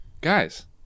guys